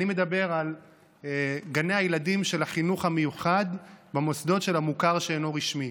אני מדבר על גני הילדים של החינוך המיוחד במוסדות של המוכר שאינו רשמי.